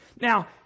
Now